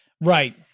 Right